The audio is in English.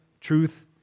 truth